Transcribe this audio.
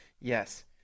Yes